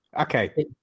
okay